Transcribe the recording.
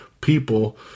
people